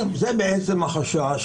התשובה היא שהוא לא יודע כי אין חוק,